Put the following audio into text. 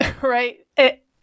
Right